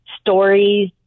stories